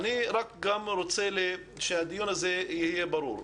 אני רוצה שהדיון הזה יהיה ברור: